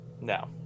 No